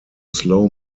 slow